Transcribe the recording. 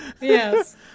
Yes